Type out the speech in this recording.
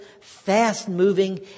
fast-moving